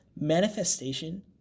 manifestation